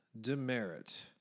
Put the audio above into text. Demerit